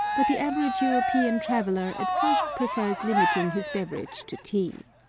but the average european traveller at first prefers limiting his beverage to tea.